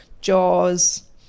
Jaws